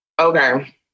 Okay